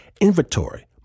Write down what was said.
inventory